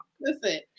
Listen